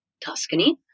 Tuscany